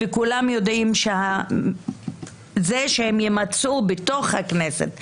וכולם יודעים שזה שהם יימצאו בתוך הכנסת,